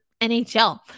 NHL